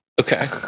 Okay